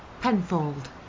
Penfold